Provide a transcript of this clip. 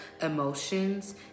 emotions